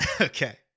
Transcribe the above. Okay